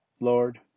lord